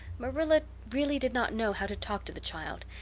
marilla really did not know how to talk to the child,